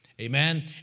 Amen